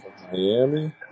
Miami